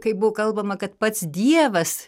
kai buvo kalbama kad pats dievas